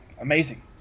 amazing